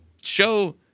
show